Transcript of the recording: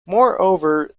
moreover